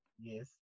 yes